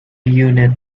unit